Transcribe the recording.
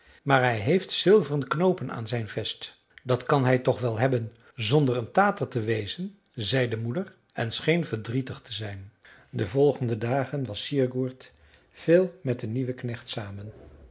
maar hij heeft zilveren knoopen aan zijn vest dat kan hij toch wel hebben zonder een tater te wezen zei de moeder en scheen verdrietig te zijn de volgende dagen was sigurd veel met den nieuwen knecht samen